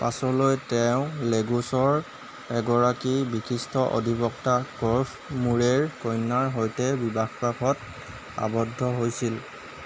পাছলৈ তেওঁ লেগোছৰ এগৰাকী বিশিষ্ট অধিবক্তা ক'ফ মুৰেৰ কন্যাৰ সৈতে বিবাহপাশত আবদ্ধ হৈছিল